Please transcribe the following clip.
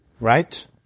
Right